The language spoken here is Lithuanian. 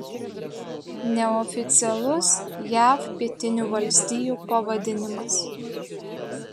neoficialus jav pietinių valstijų pavadinimas